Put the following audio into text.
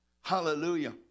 Hallelujah